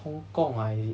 hong kong ah is it